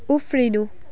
उफ्रिनु